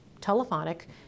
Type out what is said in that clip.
telephonic